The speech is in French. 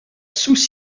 sous